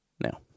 Now